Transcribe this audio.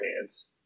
hands